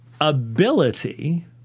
ability